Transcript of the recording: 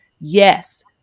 Yes